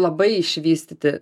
labai išvystyti